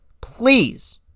please